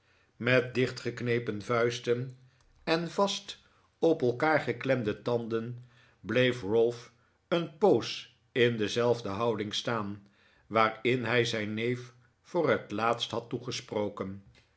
met dichtgeknepen vuisten en vast op elkaar geklemde tanden bleef ralph een poos in dezelfde hquding staan waarin hij zijn neef voor het laatst had toegesprqken